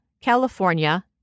California